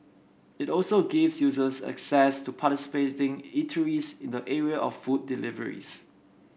it also gives users access to participating eateries in the area of food deliveries